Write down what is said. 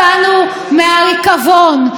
אותנו מהריקבון.